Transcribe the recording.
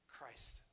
Christ